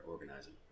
organizing